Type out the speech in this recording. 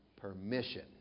permission